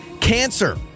Cancer